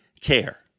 care